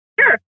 Sure